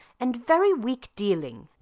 and very weak dealing.